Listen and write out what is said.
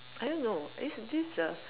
I don't know this this is a